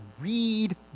read